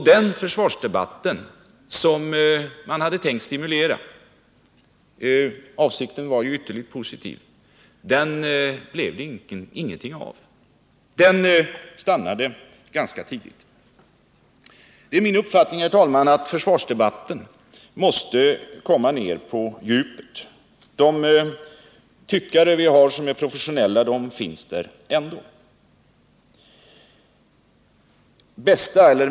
Den försvarsdebatt som man hade tänkt stimulera — avsikten var ju ytterligt positiv — blev det ingenting av. Den avstannade ganska tidigt. Det är min uppfattning, herr talman, att försvarsdebatten måste komma ned på djupet. De professionella tyckare vi har finns där ändå.